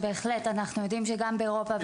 בהחלט אנחנו יודעים שגם באירופה,